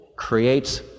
creates